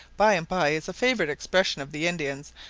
by-and-by is a favourite expression of the indians,